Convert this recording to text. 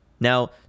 Now